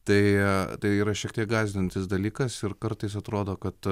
tai tai yra šiek tiek gąsdinantis dalykas ir kartais atrodo kad